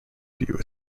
view